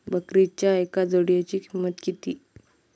बकरीच्या एका जोडयेची किंमत किती?